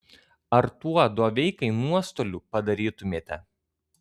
ar tuo doveikai nuostolių padarytumėte